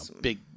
Big